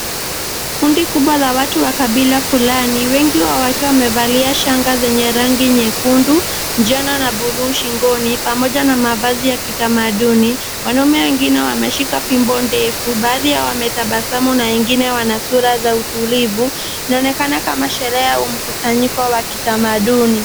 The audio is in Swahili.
Kundi kubwa la watu wa kabila fulani, wengi wao wakiwa wamevalia shanga zenye rangi nyekundu, njano na bluu shingoni pamoja na mavazi ya kitamaduni. Wanaume wengine wameshika fimbo ndefu, baadhi yao wametabasamu na wengine wana sura za utulivu. Inaonekana kama seherehe au mkusanyiko wa kitamaduni.